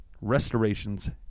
Restorations